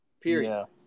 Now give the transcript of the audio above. period